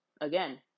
again